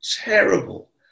terrible